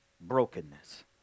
brokenness